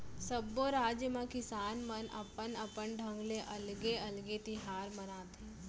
सब्बो राज म किसान मन अपन अपन ढंग ले अलगे अलगे तिहार मनाथे